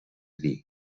dir